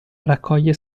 raccoglie